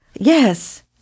Yes